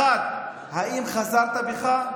האם חזרת בך?